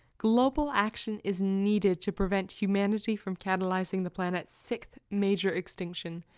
global action is needed to prevent humanity from catalyzing the planet's sixth major extinction.